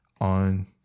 on